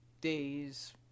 days